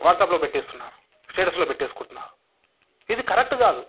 వాట్సాప్లో పెట్టేస్తున్నారు స్టేటస్లో పెట్టేసుకుంటున్నారు ఇది కరెక్టు కాదు